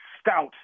stout